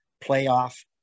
playoff